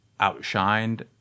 outshined